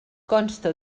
consta